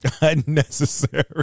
Unnecessary